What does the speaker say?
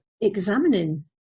examining